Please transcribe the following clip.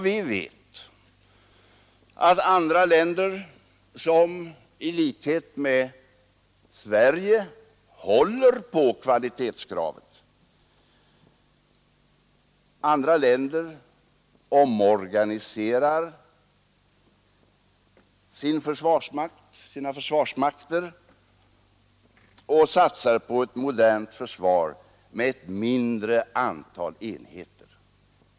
Vi vet att andra länder, som i likhet med Sverige håller på kvalitetskravet, omorganiserar sin försvarsmakt och satsar på ett modernt försvar med ett mindre antal enheter.